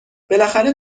بالاخره